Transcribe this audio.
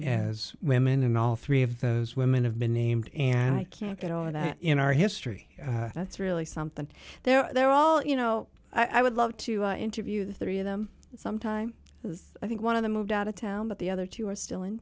as women and all three of those women have been named and i can't get over that in our history that's really something they're all you know i would love to interview three of them some time because i think one of them moved out of town but the other two are still in